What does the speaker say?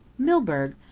milburgh!